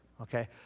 okay